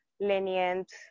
lenient